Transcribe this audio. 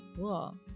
Cool